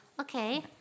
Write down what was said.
Okay